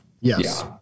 Yes